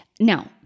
Now